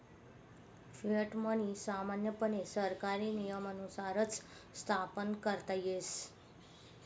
fiat money सामान्यपणे सरकारी नियमानुसारच स्थापन करता येस